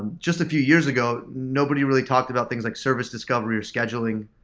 just a few years ago nobody really talked about things like service discovery or scheduling.